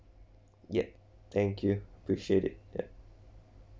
yup thank you appreciate it yup